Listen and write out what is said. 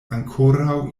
ankoraŭ